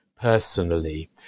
personally